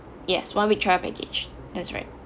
yes one week travel package that's right